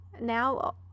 now